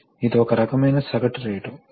మరియు దీనికి మూడు ఆపరేషనల్ మోడ్లు ఉన్నాయి